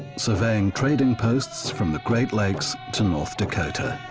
surveying trading posts from the great lakes to north dakota.